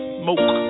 smoke